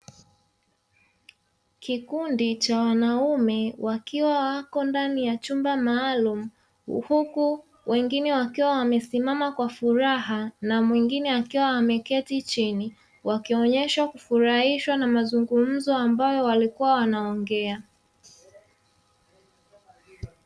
Kikundi cha wanaume wakiwa wako ndani ya chumba maalumu huku wengine wakiwa wamesimama kwa furaha na mwingine akiwa ameketi chini, wakionyeshwa kufurahishwa na mazungumzo ambayo walikuwa wanaongea.